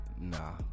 Nah